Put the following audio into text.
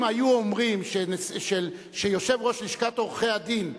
אם היו אומרים שיושב-ראש לשכת עורכי-הדין,